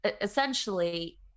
essentially